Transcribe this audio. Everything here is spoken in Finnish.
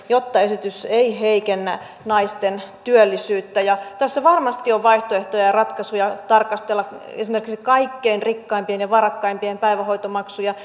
jotta esitys ei heikennä naisten työllisyyttä tässä varmasti on vaihtoehtoja ja ratkaisuja tarkastella esimerkiksi kaikkein rikkaimpien ja varakkaimpien päivähoitomaksuja